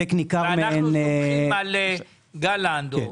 ואנחנו סומכים על גל לנדו,